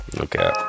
Okay